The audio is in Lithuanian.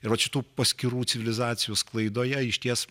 ir vat šitų paskirų civilizacijų sklaidoje išties